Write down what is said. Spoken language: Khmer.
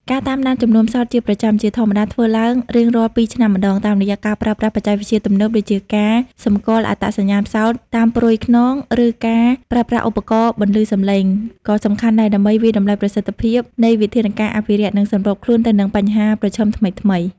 ការតាមដានចំនួនផ្សោតជាប្រចាំ ជាធម្មតាធ្វើឡើងរៀងរាល់ពីរឆ្នាំម្តង តាមរយៈការប្រើប្រាស់បច្ចេកវិទ្យាទំនើបដូចជាការសម្គាល់អត្តសញ្ញាណផ្សោតតាមព្រុយខ្នង ឬការប្រើប្រាស់ឧបករណ៍បន្លឺសម្លេង ក៏សំខាន់ដែរដើម្បីវាយតម្លៃប្រសិទ្ធភាពនៃវិធានការអភិរក្ស និងសម្របខ្លួនទៅនឹងបញ្ហាប្រឈមថ្មីៗ។